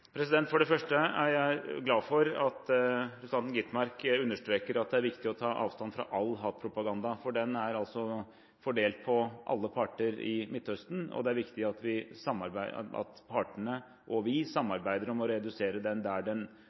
For det første er jeg glad for at representanten Skovholt Gitmark understreker at det er viktig å ta avstand fra all hatpropaganda. Den er fordelt på alle parter i Midtøsten, og det er viktig at partene og vi samarbeider om å redusere den der den